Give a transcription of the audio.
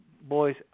Boys